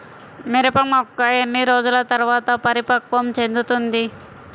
మిరప మొక్క ఎన్ని రోజుల తర్వాత పరిపక్వం చెందుతుంది?